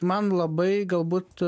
man labai galbūt